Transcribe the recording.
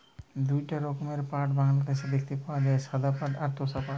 দুইটা রকমের পাট বাংলাদেশে দেখতে পাওয়া যায়, সাদা পাট আর তোষা পাট